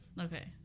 Okay